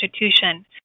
institution